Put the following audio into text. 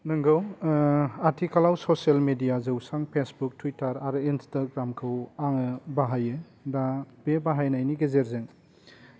नोंगौ आथिखालाव social media जौसां फेसबुक टुइटार आरो इन्सटाग्रामखौ आङो बाहायो दा बे बाहायनायनि गेजेरजों